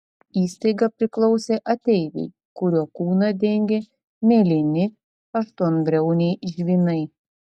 įstaiga priklausė ateiviui kurio kūną dengė mėlyni aštuonbriauniai žvynai